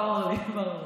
ברור, ברור.